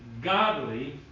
godly